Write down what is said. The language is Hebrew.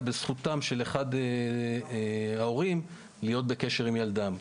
בזכותם של אחד ההורים להיות בקשר עם ילדם,